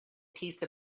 piece